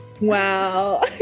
wow